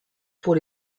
pour